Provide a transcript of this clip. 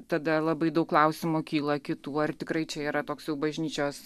tada labai daug klausimų kyla kitų ar tikrai čia yra toks jau bažnyčios